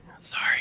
Sorry